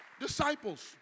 disciples